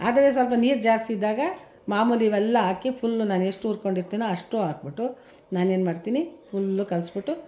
ಅದೇ ಸ್ವಲ್ಪ ನೀರು ಜಾಸ್ತಿ ಇದ್ದಾಗ ಮಾಮೂಲಿ ಇವೆಲ್ಲ ಹಾಕಿ ಫುಲ್ಲು ನಾನೆಷ್ಟು ಹುರ್ಕೊಂಡಿರ್ತಿನೋ ಅಷ್ಟು ಹಾಕ್ಬಿಟ್ಟು ನಾನೇನು ಮಾಡ್ತೀನಿ ಫುಲ್ಲು ಕಲಸ್ಬಿಟ್ಟು